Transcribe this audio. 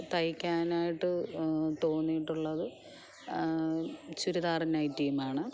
തയ്ക്കാനായിട്ട് തോന്നിയിട്ടുള്ളത് ചുരിദാറും നൈറ്റിയുമാണ്